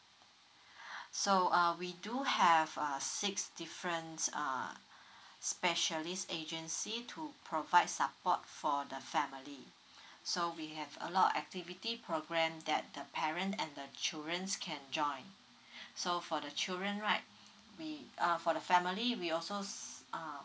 so uh we do have uh six difference err specialist agency to provide support for the family so we have a lot activity program that the parent and the childrens can join so for the children right we uh for the family we also uh